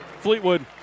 Fleetwood